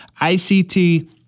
ICT